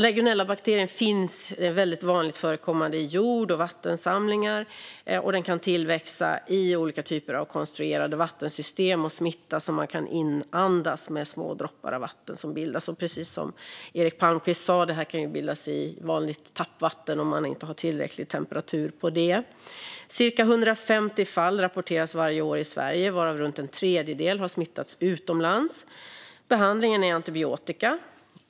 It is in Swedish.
Legionellabakterien är vanligt förekommande i jord och vattensamlingar och kan tillväxa i olika typer av konstruerade vattensystem och smitta vid inandning av små droppar av vatten som bildas. Precis som Eric Palmqvist sa kan det här bildas i vanligt tappvatten om man inte har tillräcklig temperatur på det. Cirka 150 fall rapporteras varje år i Sverige, varav runt en tredjedel har smittats utomlands. Behandlingen är antibiotika.